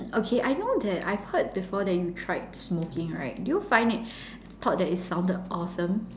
okay I know that I've heard before that you tried smoking right do you find it thought that it sounded awesome